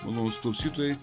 malonūs klausytojai